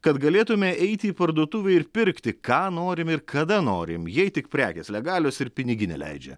kad galėtume eiti į parduotuvę ir pirkti ką norim ir kada norim jei tik prekės legalios ir piniginė leidžia